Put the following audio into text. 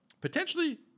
potentially